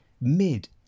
mid